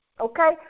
okay